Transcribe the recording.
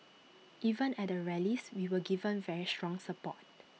even at the rallies we were given very strong support